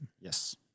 Yes